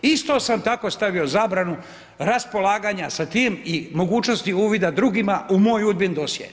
Isto sam tako stavio zabranu raspolaganja sa tim i mogućnosti uvida drugima u moj UDBA-in dosje.